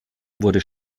wurde